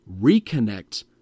reconnect